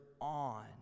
on